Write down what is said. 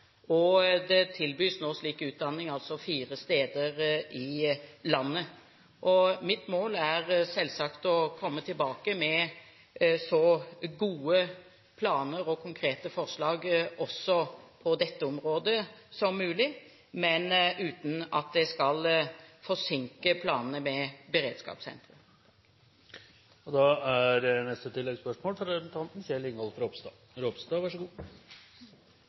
og det tilbys nå slik utdanning fire steder i landet. Mitt mål er selvsagt å komme tilbake med så gode planer og konkrete forslag som mulig også på dette området, men uten at det skal forsinke planene med beredskapssenteret. Kjell Ingolf Ropstad – til oppfølgingsspørsmål. Jeg er